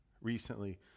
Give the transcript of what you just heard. recently